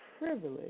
Privilege